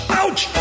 ouch